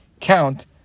count